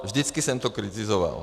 Vždycky jsem to kritizoval.